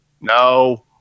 No